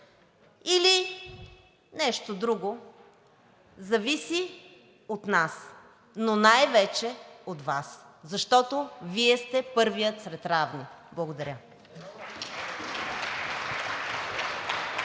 или нещо друго, зависи от нас, но най-вече от Вас, защото Вие сте първият сред равни. Благодаря.